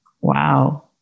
Wow